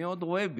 מי עוד רואה אותי?